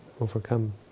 overcome